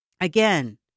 Again